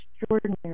extraordinary